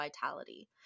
vitality